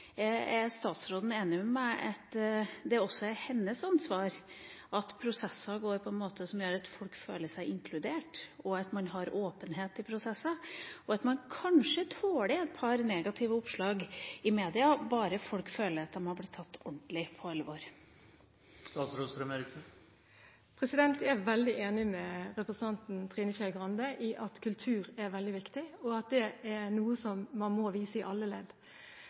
Er statsråden enig i at det også er hennes ansvar at prosesser går slik at folk føler seg inkludert, at man har åpenhet i prosesser, og at man kanskje tåler et par negative oppslag i media, bare folk føler at de har blitt tatt ordentlig på alvor? Jeg er enig med representanten Skei Grande i at kultur er veldig viktig, og at det er noe som man må vise i alle ledd.